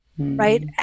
right